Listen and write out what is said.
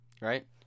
right